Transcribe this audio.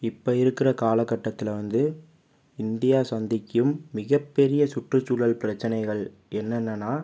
இப்போ இருக்கிற காலகட்டத்தில் வந்து இந்தியா சந்திக்கும் மிகப்பெரிய சுற்றுசூழல் பிரச்சினைகள் என்னென்னனால்